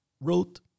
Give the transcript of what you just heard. wrote